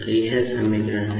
अब यह समीकरण है